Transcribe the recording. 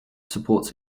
supports